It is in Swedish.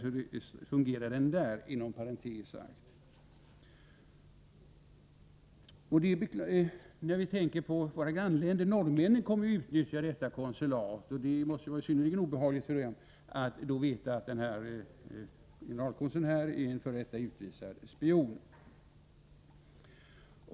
Där fungerar kraften — detta inom parentes sagt. Vi bör också tänka på våra grannländer. Norrmännen kommer ju att utnyttja detta konsulat, och det måste vara synnerligen obehagligt för dem att då veta att generalkonsuln här är en utvisad f. d. spion.